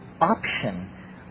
option